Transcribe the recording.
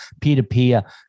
peer-to-peer